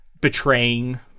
betraying